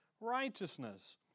righteousness